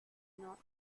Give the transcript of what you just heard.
not